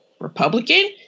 Republican